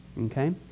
Okay